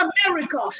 America